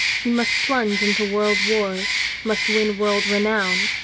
he must plunge into world wars, must win world renown,